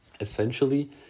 Essentially